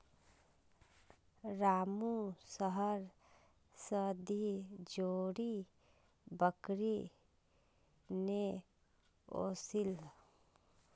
रामू शहर स दी जोड़ी बकरी ने ओसील